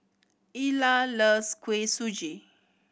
Illa loves Kuih Suji